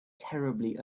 terribly